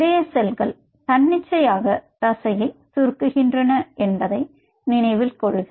இருதய செல்கள் தன்னிச்சையாக தசையை சுருங்குகின்றன என்பதை நினைவில் கொள்க